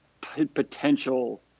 potential